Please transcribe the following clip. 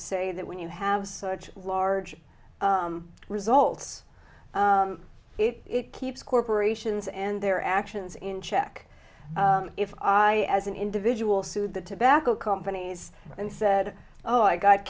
say that when you have such large results it keeps corporations and their actions in check if i as an individual sued the tobacco companies and said oh i got